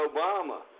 Obama